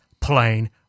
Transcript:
plain